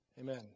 Amen